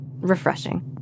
Refreshing